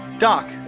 Doc